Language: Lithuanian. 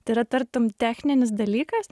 tai yra tartum techninis dalykas